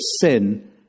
sin